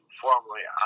formerly